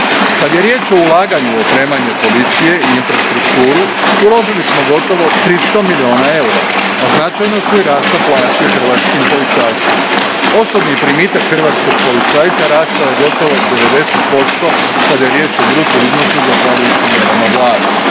Kad je riječ o ulaganju u opremanje policije i infrastrukturu, uložili smo gotovo 300 milijuna eura, a značajno su i rasle plaće hrvatskim policajcima. Osobni primitak hrvatskog policajca rastao je gotovo 90% kada je riječ o bruto iznosu, zahvaljujući